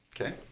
Okay